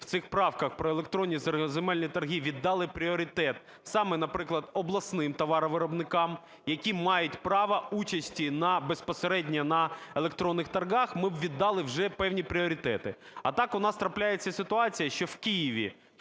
в цих правках про електронні земельні торги віддали пріоритет саме, наприклад, обласним товаровиробникам, які мають право участі безпосередньо на електронних торгах, ми б віддали вже певні пріоритети. А так у нас трапляється ситуація, що в Києві,